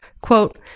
Quote